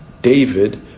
David